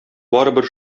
барыбер